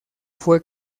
fue